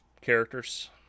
characters